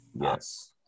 Yes